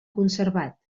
conservat